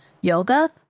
yoga